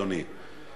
אדוני.